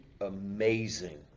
amazing